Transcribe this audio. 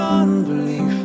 unbelief